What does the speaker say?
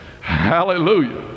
Hallelujah